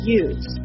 use